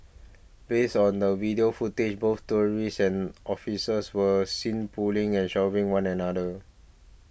based on the video footage both tourists and officers were seen pulling and shoving one another